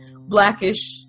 Blackish